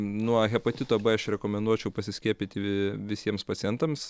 nuo hepatito b aš rekomenduočiau pasiskiepyti vi visiems pacientams